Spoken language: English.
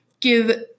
give